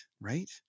right